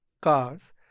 cars